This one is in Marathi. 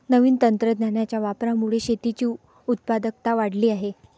नवीन तंत्रज्ञानाच्या वापरामुळे शेतीची उत्पादकता वाढली आहे